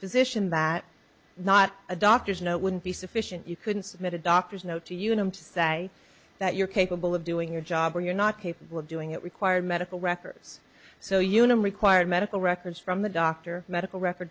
physician that not a doctor's note wouldn't be sufficient you couldn't submit a doctor's note to unum to say that you're capable of doing your job or you're not capable of doing it required medical records so unum required medical records from the doctor medical record